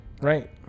Right